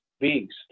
beast